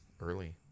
Early